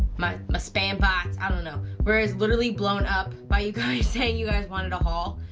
my ah spam box, i don't know, where it's literally blown up, by you guys saying you guys wanted a haul.